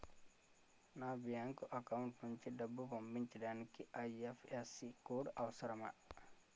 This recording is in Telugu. నా బ్యాంక్ అకౌంట్ నుంచి డబ్బు పంపించడానికి ఐ.ఎఫ్.ఎస్.సి కోడ్ అవసరమా?